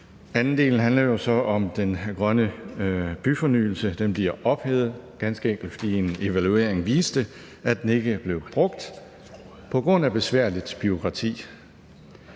anden del handler jo så om ordningen om grøn byfornyelse, som bliver ophævet, ganske enkelt fordi en evaluering viste, at den ikke blev brugt på grund af besværligt bureaukrati.